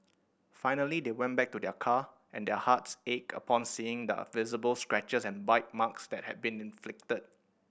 finally they went back to their car and their hearts ached upon seeing the visible scratches and bite marks that had been inflicted